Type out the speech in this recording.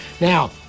Now